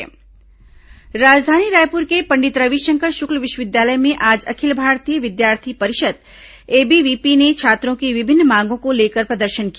ABVP प्रदर्शन राजधानी रायपुर के पंडित रविशंकर शुक्ल विश्वविद्यालय में आज अखिल भारतीय विद्यार्थी परिषद एबीवीपी ने छात्रों की विभिन्न मांगों को लेकर प्रदर्शन किया